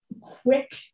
quick